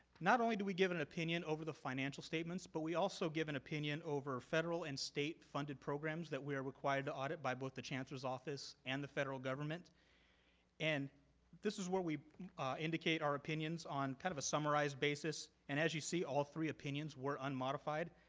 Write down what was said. not only do we give an opinion over the financial statements, but we also give an opinion over the federal and state funded programs that we are required to audit by both the chancellor's office and the federal government and this is where we indicate our opinions on kind of a summarized basis and as you see all three opinions were unmodified.